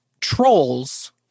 Trolls